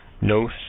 No